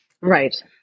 right